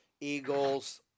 Eagles –